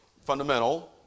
fundamental